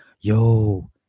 Yo